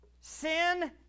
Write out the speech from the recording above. Sin